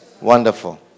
Wonderful